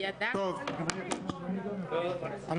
איפה אנחנו עומדים?